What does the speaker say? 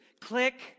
Click